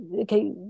okay